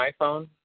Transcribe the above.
iPhone